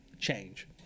change